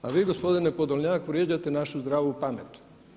A vi gospodine Podolnjak vrijeđate našu zdravu pamet.